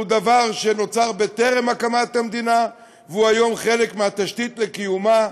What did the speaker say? שהוא דבר שנוצר בטרם הקמת המדינה והוא היום חלק מהתשתית לקיומה,